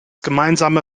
gemeinsame